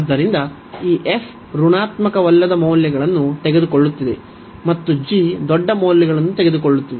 ಆದ್ದರಿಂದ ಈ f ಋಣಾತ್ಮಕವಲ್ಲದ ಮೌಲ್ಯಗಳನ್ನು ತೆಗೆದುಕೊಳ್ಳುತ್ತಿದೆ ಮತ್ತು g ದೊಡ್ಡ ಮೌಲ್ಯಗಳನ್ನು ತೆಗೆದುಕೊಳ್ಳುತ್ತಿದೆ